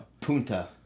Punta